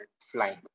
flying